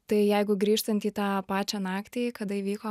tai jeigu grįžtant į tą pačią naktį kada įvyko